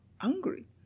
angry